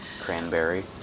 Cranberry